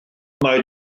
mai